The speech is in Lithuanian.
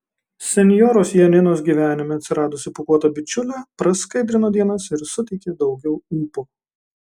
senjoros janinos gyvenime atsiradusi pūkuota bičiulė praskaidrino dienas ir suteikė daugiau ūpo